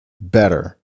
better